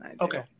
Okay